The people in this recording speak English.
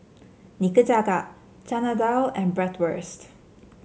Nikujaga Chana Dal and Bratwurst